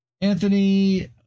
Anthony